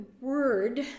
word